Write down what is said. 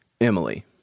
Emily